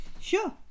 Sure